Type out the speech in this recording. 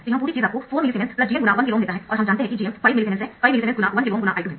तो यह पूरी चीज़ आपको 4 मिलीसीमेंसGm×1KΩ देता है और हम जानते है कि Gm 5 मिलीसीमेंस 5 मिलीसीमेंस×1 KΩ ×I2 है